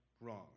wrong